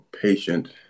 patient